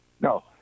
No